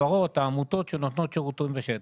העמותות והחברות שנותנות שירותים בשטח.